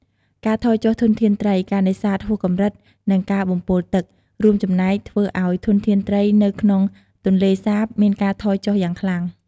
ការថយចុះធនធានត្រី ការនេសាទហួសកម្រិត និង ការបំពុលទឹក រួមចំណែកធ្វើឱ្យធនធានត្រីនៅក្នុងទន្លេសាបមានការថយចុះយ៉ាងខ្លាំង។